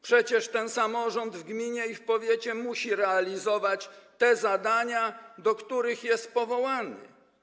Przecież samorząd w gminie i w powiecie musi realizować te zadania, do których jest powołany.